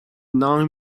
nine